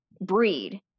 breed